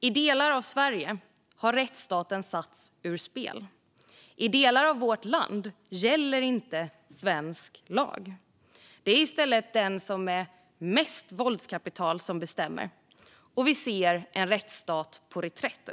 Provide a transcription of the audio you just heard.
I delar av Sverige har rättsstaten satts ur spel. I delar av vårt land gäller inte svensk lag. Det är i stället den med mest våldskapital som bestämmer, och vi ser en rättsstat på reträtt.